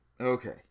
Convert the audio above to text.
okay